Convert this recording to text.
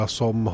som